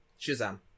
Shazam